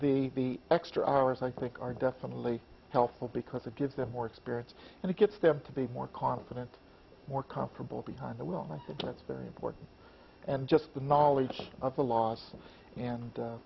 the extra hours i think are definitely helpful because it gives them more experience and it gets them to be more confident more comfortable behind the wheel that's very important and just the knowledge of the launch and